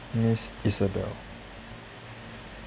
miss isabel